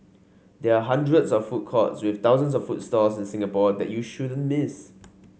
there are hundreds of food courts with thousands of food stalls in Singapore that you shouldn't miss